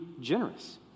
generous